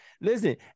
Listen